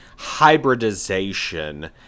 hybridization